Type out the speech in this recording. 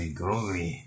groovy